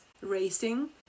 racing